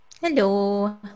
Hello